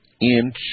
inch